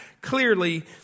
clearly